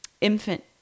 infant